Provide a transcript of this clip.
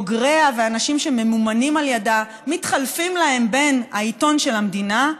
בוגריה ואנשים שממונים על ידה מתחלפים להם בין העיתון של המדינה,